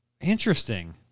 Interesting